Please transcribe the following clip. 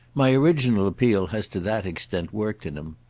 my original appeal has to that extent worked in him.